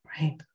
right